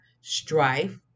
strife